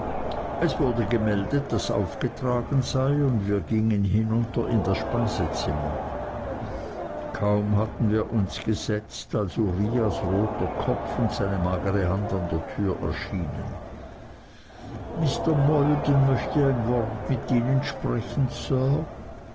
es wurde gemeldet daß aufgetragen sei und wir gingen hinunter in das speisezimmer kaum hatten wir uns gesetzt als uriahs roter kopf und seine magere hand an der tür erschienen mr maldon möchte ein wort mit ihnen sprechen sir